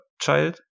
child